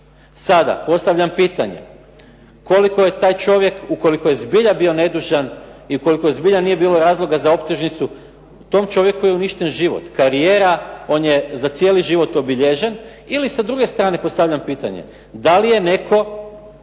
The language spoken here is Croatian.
Sada, postavljam pitanje koliko je taj čovjek ukoliko je zbilja bio nedužan i ukoliko zbilja nije bilo razloga za optužnicu tom čovjeku je uništen život, karijera. On je za cijeli život obilježen. Ili sa druge strane postavljam pitanje, da li je netko